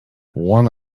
one